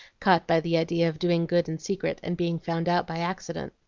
caught by the idea of doing good in secret and being found out by accident.